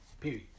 Period